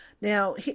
Now